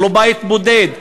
הוא לא בית בודד,